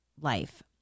life